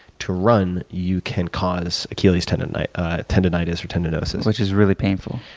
to run you can cause achilles' tendonitis tendonitis or tendonosis. which is really painful.